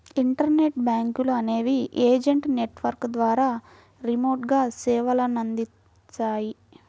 internet బ్యాంకులు అనేవి agent network ద్వారా రిమోట్గా సేవలనందిస్తాయి